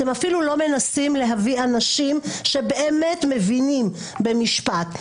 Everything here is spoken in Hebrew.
אתם אפילו לא מנסים להביא אנשים שבאמת מבינים במשפט.